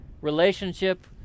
relationship